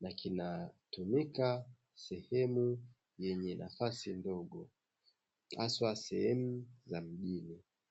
na kinatumika sehemu yenye nafasi ndogo haswa sehemu za mjini.